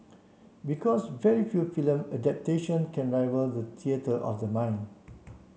because very few film adaptations can rival the theatre of the mind